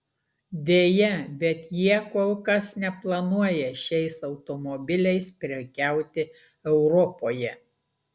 deja bet jie kol kas neplanuoja šiais automobiliais prekiauti europoje